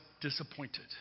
disappointed